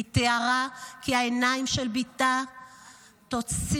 היא תיארה את העיניים של בתה "תוציאו